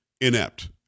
inept